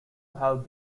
have